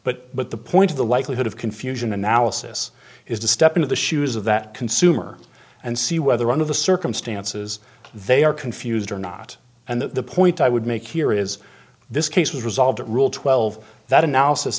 but but the point of the likelihood of confusion analysis is to step into the shoes of that consumer and see whether one of the circumstances they are confused or not and the point i would make here is this case was resolved rule twelve that analysis